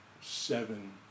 seven